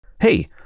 Hey